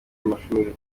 y’amashuri